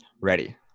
Ready